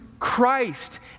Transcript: Christ